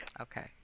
Okay